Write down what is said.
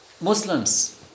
Muslims